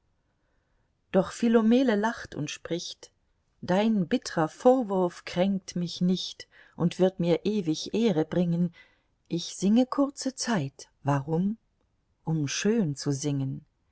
doch philomele lacht und spricht dein bittrer vorwurf kränkt mich nicht und wird mir ewig ehre bringen ich singe kurze zeit warum um schön zu singen